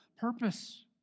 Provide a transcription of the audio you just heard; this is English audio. purpose